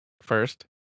first